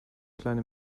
kleine